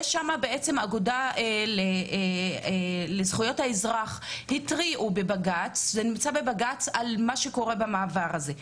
שלגביו האגודה לזכויות האזרח התריעה על כך לבג"ץ על מה שקורה במעבר הזה.